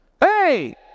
Hey